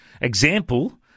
example